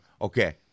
Okay